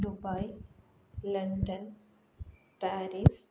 Dubai London Paris